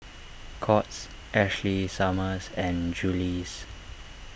Courts Ashley Summers and Julie's